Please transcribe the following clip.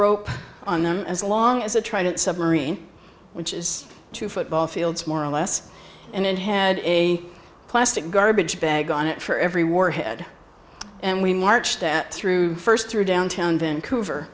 rope on them as long as they try to submarine which is two football fields more or less and it had a plastic garbage bag on it for every warhead and we marched at through first through downtown vancouver